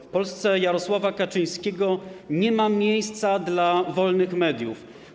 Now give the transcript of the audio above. W Polsce Jarosława Kaczyńskiego nie ma miejsca dla wolnych mediów.